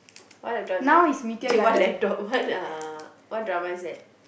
what laptop is that !chey! what laptop what uh what drama is that